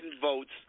votes